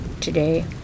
today